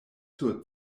sur